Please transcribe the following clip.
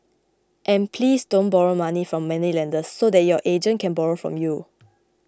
and please don't borrow money from moneylenders so that your agent can borrow from you